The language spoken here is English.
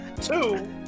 Two